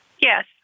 Yes